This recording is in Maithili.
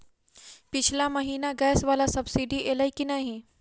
पिछला महीना गैस वला सब्सिडी ऐलई की नहि?